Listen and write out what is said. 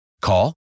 Call